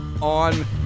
on